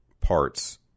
parts